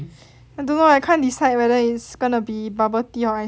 I don't know I can't decide whether it's gonna be bubble tea or ice cream